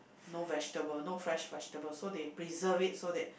no vegetable no fresh vegetable so they preserve it so that